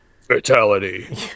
fatality